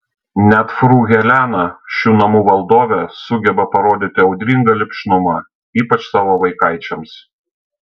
net fru helena šių namų valdovė sugeba parodyti audringą lipšnumą ypač savo vaikaičiams